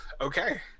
Okay